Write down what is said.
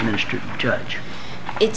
minister judge it